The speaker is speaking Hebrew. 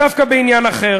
דווקא בעניין אחר